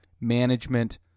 management